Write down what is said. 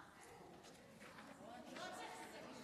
אין צורך לסכם.